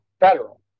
federal